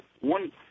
One